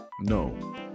no